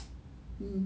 mmhmm